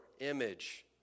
image